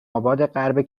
آبادغرب